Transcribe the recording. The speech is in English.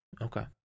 Okay